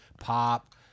Pop